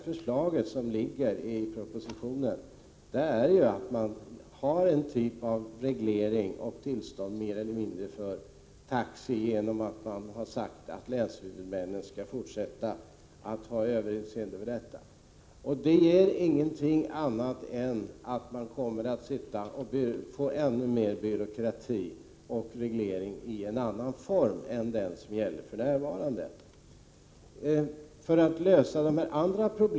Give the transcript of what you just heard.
Förslaget i propositionen innebär mer eller mindre en typ av reglering av tillstånden till taxitrafik, genom att det sägs att länshuvudmännen skall fortsätta att ha ett överinseende. Men detta ger inget annat än ännu mer byråkrati och reglering i annan form än den som gäller för närvarande.